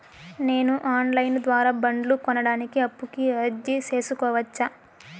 నేను online ద్వారా బండ్లు కొనడానికి అప్పుకి అర్జీ సేసుకోవచ్చా?